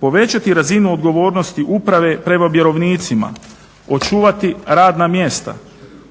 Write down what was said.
povećati razinu odgovornosti uprave prema vjerovnicima, očuvati radna mjesta,